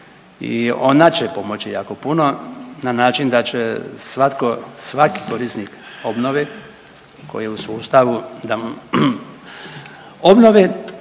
i ona će pomoći jako puno na način da će svatko, svaki korisnik obnove koji je u sustavu da, obnove,